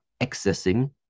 accessing